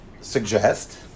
suggest